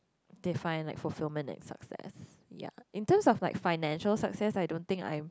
define like fulfillment and success ya in terms of like financial success I don't think I'm